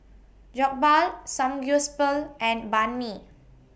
Jokbal Samgyeopsal and Banh MI